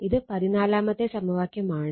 ഇത് 14 മത്തെ സമവാക്യമാണ്